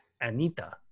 Anita